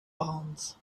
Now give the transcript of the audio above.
bonds